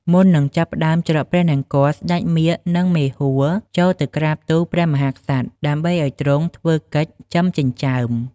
មុននឹងចាប់ផ្ដើមច្រត់ព្រះនង្គ័ល ស្ដេចមាឃ និង មេហួរ ចូលទៅក្រាបទូល ព្រះមហាក្សត្រ ដើម្បីឱ្យទ្រង់ធ្វើកិច្ច "ចឺមចិញ្ចើម"។